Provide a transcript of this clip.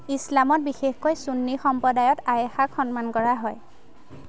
ইছলামত বিশেষকৈ চুন্নী সম্প্ৰদায়ত আয়েশাক সন্মান কৰা হয়